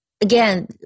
again